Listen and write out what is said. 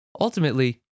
ultimately